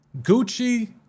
Gucci